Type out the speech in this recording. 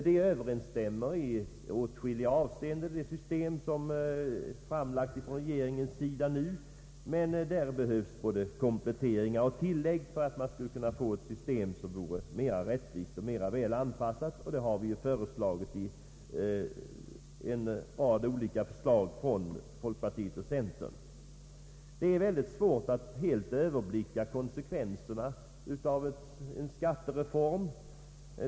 Detta överensstämmer i åtskilliga avseenden med det system som nu framlagts från regeringens sida, men det behövs kompletteringar och tillägg för att få systemet mera rättvist och väl anpassat, och det har vi ju framfört i en rad olika förslag från folkpartiet och centern. Det är svårt att helt överblicka konsekvenserna av en skattereform.